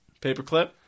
Paperclip